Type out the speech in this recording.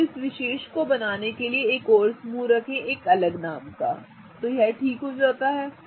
तो अब इस विशेष को बनाने के लिए एक और समूह रखें एक अलग नाम का इसलिए यह ठीक हो जाता है